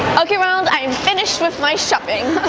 okay ronald, i am finished with my shopping.